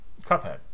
Cuphead